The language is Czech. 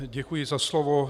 Děkuji za slovo.